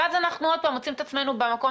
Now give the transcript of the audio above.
ואז אנחנו עוד פעם מוצאים את עצמנו במקום